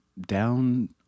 down